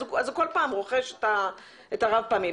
אז הוא כל פעם רוכש את הסלים הרב-פעמיים.